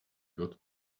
good